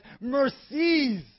mercies